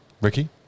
Ricky